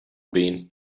been